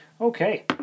Okay